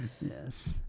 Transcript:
Yes